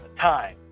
time